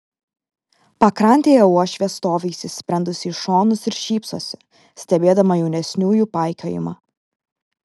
pakrantėje uošvė stovi įsisprendusi į šonus ir šypsosi stebėdama jaunesniųjų paikiojimą